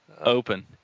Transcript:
Open